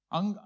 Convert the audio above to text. Ang